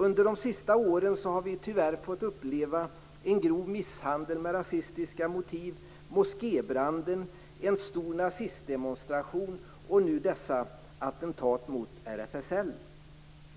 Under de senaste åren har vi tyvärr fått uppleva en grov misshandel med rasistiska motiv, moskébranden, en stor nazistdemonstration och nu dessa attentat mot RFSL.